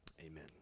amen